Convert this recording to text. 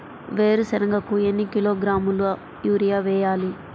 వేరుశనగకు ఎన్ని కిలోగ్రాముల యూరియా వేయాలి?